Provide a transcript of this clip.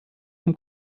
vom